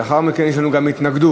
לאחר מכן יש לנו גם התנגדות